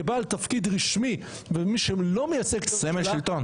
כבעל תפקיד רשמי ומי שלא מייצג את הממשלה,